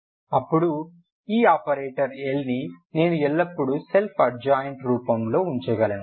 అప్పుడు ఈ operator L ని నేను ఎల్లప్పుడూ సెల్ఫ్ అడ్జాయింట్ రూపంలో ఉంచగలను